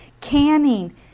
canning